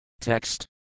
Text